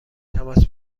تماس